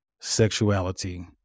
sexuality